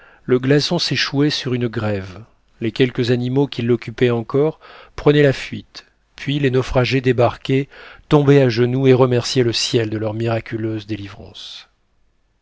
le glaçon s'échouait sur une grève les quelques animaux qui l'occupaient encore prenaient la fuite puis les naufragés débarquaient tombaient à genoux et remerciaient le ciel de leur miraculeuse délivrance